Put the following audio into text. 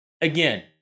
Again